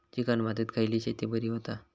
Chicken मातीत खयली शेती बरी होता?